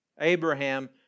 Abraham